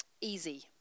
easy